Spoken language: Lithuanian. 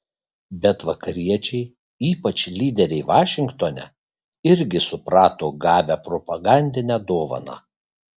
bet vakariečiai ypač lyderiai vašingtone irgi suprato gavę propagandinę dovaną